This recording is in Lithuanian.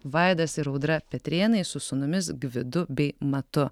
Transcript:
vaidas ir audra petrėnai su sūnumis gvidu bei matu